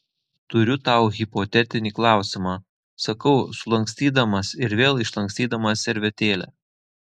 turiu tau hipotetinį klausimą sakau sulankstydamas ir vėl išlankstydamas servetėlę